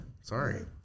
sorry